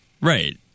Right